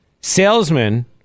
Salesman